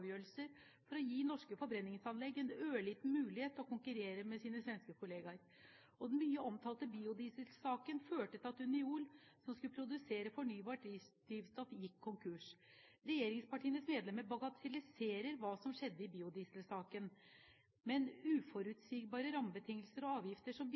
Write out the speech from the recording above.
avgjørelser for å gi norske forbrenningsanlegg en ørliten mulighet til å konkurrere med sine svenske kolleger, og den mye omtalte biodieselsaken førte til at Uniol som skulle produsere fornybart drivstoff, gikk konkurs. Regjeringspartienes medlemmer bagatelliserer hva som skjedde i biodieselsaken, men uforutsigbare rammebetingelser og avgifter som